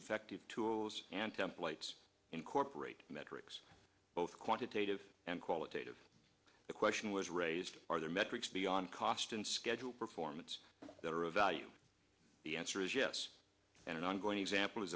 effective tools and templates incorporate metrics both quantitative and qualitative the question was raised are there metrics beyond cost and schedule performance that are of value the answer is yes and an ongoing example is